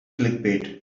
clickbait